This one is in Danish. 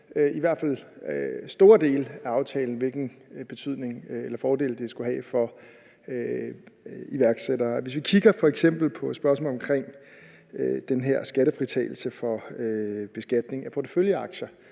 – hvilken betydning eller hvilke fordele det skulle give for iværksættere. Hvis vi f.eks. kigger på spørgsmålet om den her skattefritagelse for beskatning af porteføljeaktier,